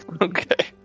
Okay